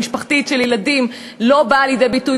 המשפחתית של ילדים לא באה לידי ביטוי.